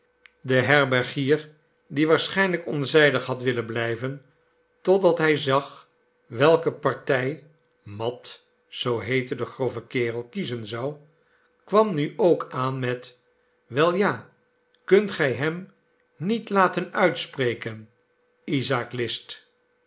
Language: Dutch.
de herbergier die waarschijnlijkonzijdig had willen blijven totdat hij zag welke partij mat zoo heette de grove kerel kiezen zou kwam nu ook aan met wei ja kunt gij hem niet laten uitspreken isaak list